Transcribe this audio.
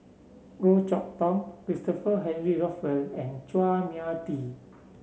Goh Chok Tong Christopher Henry Rothwell and Chua Mia Tee